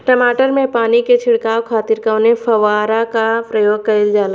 टमाटर में पानी के छिड़काव खातिर कवने फव्वारा का प्रयोग कईल जाला?